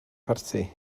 parti